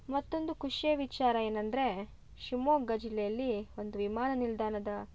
ಮತ್ತೊಂದು ಖುಷಿಯ ವಿಚಾರ ಏನಂದರೆ ಶಿವಮೊಗ್ಗ ಜಿಲ್ಲೆಯಲ್ಲಿ ಒಂದು ವಿಮಾನ ನಿಲ್ದಾಣದ